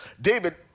David